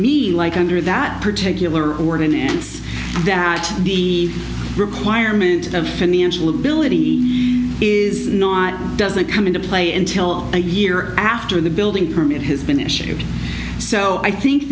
me like under that particular organ and that the requirement of financial ability is not doesn't come into play in till a year after the building permit has been issued so i think